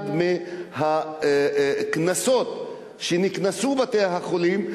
אחד מהקנסות שנקנסו בתי-החולים,